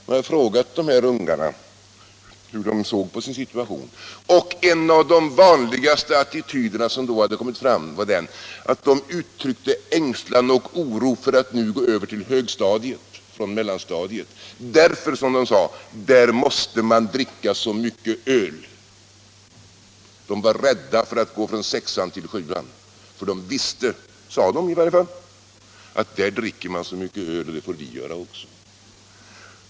Man hade frågat dessa ungdomar hur de såg på sin situation. En av de vanligaste attityder som kom fram var att de uttryckte ängslan och oro för att nu gå över till högstadiet från mellanstadiet därför att, som de sade, där måste man dricka så mycket öl. De var rädda att gå från 6:an till 7:an, för de visste att där dricker man så mycket öl och det måste de göra också.